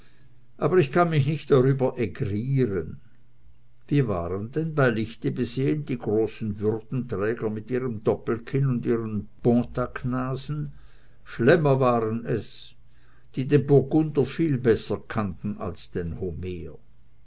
aber ich kann mich nicht darüber ägrieren wie waren denn bei lichte besehen die großen würdenträger mit ihrem doppelkinn und ihren pontacnasen schlemmer waren es die den burgunder viel besser kannten als den homer